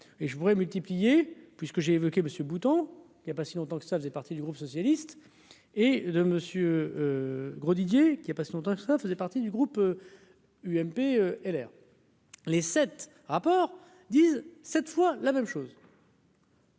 et je pourrais multiplier puisque j'ai évoqué, monsieur Bouton il y a pas si longtemps que ça faisait partie du groupe socialiste. Et de monsieur Grosdidier qu'a pas si longtemps que ça faisait partie du groupe UMP LR. Les 7 rapports disent cette fois la même chose.